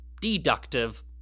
deductive